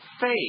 faith